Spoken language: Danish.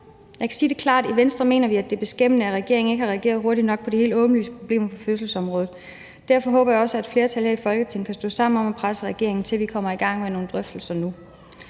Jeg kan sige det klart. I Venstre mener vi, at det er beskæmmende, at regeringen ikke har reageret hurtigt nok på de helt åbenlyse problemer på fødselsområdet. Derfor håber jeg også, at et flertal her i Folketinget kan stå sammen om at presse regeringen til, at vi kommer i gang med nogle drøftelser nu.